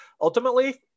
ultimately